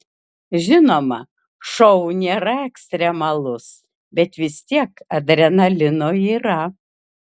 žinoma šou nėra ekstremalus bet vis tiek adrenalino yra